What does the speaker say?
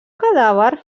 cadàver